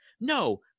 No